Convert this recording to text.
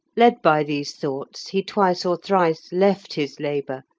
led by these thoughts he twice or thrice left his labour,